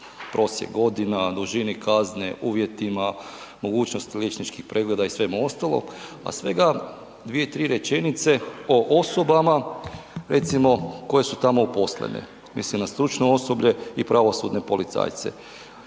prosjeku godina, dužini kazne, uvjetima, mogućnost liječničkim pregleda i svemu ostalom a svega 2, 3 rečenice o osobama recimo koje su tamo uposlene. Mislim na stručno osoblje i pravosudne policajce.